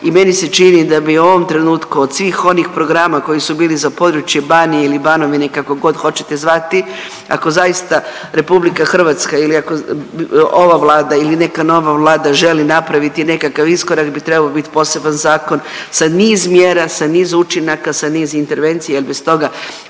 i meni se čini da bi u ovom trenutku od svih onih programa koji su bili za područje Banije ili Banovine kakogod hoćete zvati ako zaista RH ili ako ova Vlada ili neka nova Vlada želi napraviti nekakav iskorak bi trebao biti poseban zakon sa niz mjera, sa niz učinaka, sa niz intervencija jel bez toga